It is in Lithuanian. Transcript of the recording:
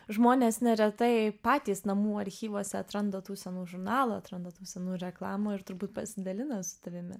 žmonės neretai patys namų archyvuose atranda tų senų žurnalų atranda tų senų reklamų ir turbūt pasidalina su tavimi